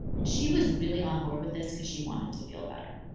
and she was really onboard with this cause she wanted to feel better.